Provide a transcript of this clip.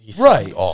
Right